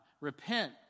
repent